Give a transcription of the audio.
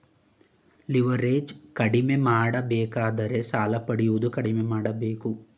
leverage ಕಡಿಮೆ ಮಾಡಬೇಕಾದರೆ ಸಾಲ ಪಡೆಯುವುದು ಕಡಿಮೆ ಮಾಡಬೇಕು